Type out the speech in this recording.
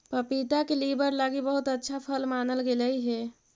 पपीता के लीवर लागी बहुत अच्छा फल मानल गेलई हे